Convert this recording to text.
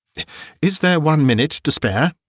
is there one minute to spare?